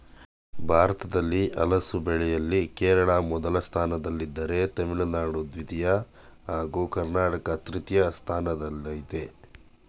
ಭಾರತದಲ್ಲಿ ಹಲಸು ಬೆಳೆಯಲ್ಲಿ ಕೇರಳ ಮೊದಲ ಸ್ಥಾನದಲ್ಲಿದ್ದರೆ ತಮಿಳುನಾಡು ದ್ವಿತೀಯ ಹಾಗೂ ಕರ್ನಾಟಕ ತೃತೀಯ ಸ್ಥಾನದಲ್ಲಯ್ತೆ